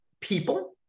people